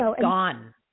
gone